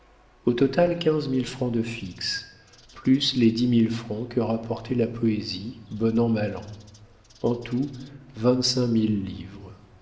au total quinze mille francs de fixe plus les dix mille francs que rapportait la poésie bon an mal an en tout vingt-cinq mille livres